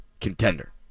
contender